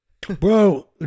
Bro